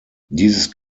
dieses